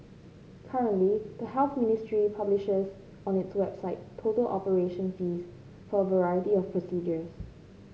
currently the Health Ministry publishes on its website total operation fees for a variety of procedures